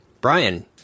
Brian